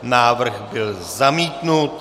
Návrh byl zamítnut.